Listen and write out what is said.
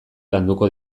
landuko